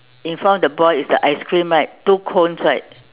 in front of the boy is the ice cream right two cones right